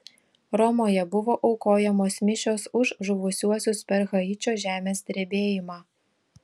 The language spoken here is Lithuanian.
romoje buvo aukojamos mišios už žuvusiuosius per haičio žemės drebėjimą